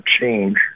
change